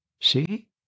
See